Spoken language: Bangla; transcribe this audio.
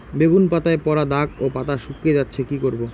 বেগুন পাতায় পড়া দাগ ও পাতা শুকিয়ে যাচ্ছে কি করব?